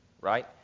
right